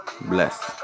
bless